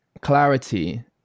clarity